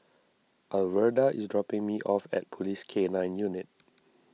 Alverda is dropping me off at Police K nine Unit